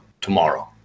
Tomorrow